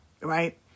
right